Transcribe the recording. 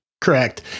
Correct